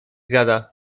gada